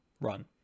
run